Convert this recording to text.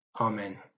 Amen